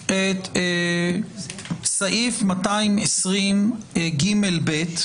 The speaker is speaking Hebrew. את רוצה, תציגי הסתייגות.